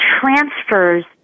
transfers